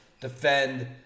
defend